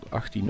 18